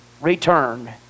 return